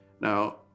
Now